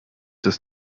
das